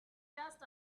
just